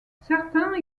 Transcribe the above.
certains